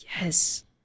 Yes